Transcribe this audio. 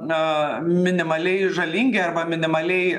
na minimaliai žalingi arba minimaliai